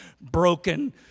broken